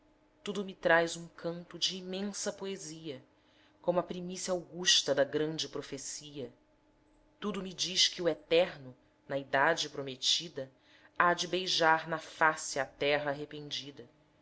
tudo me traz um canto de imensa poesia como a primícia augusta da grande profecia tudo me diz que o eterno na idade prometida há de beijar na face a terra arrependida